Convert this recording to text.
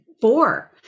four